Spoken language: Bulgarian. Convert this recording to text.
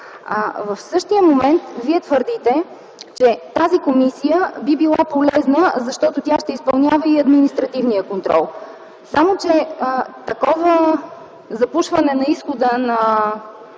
В същия момент Вие твърдите, че тази комисия би била полезна, защото тя ще изпълнява и административния контрол. Само че такова запушване на изхода на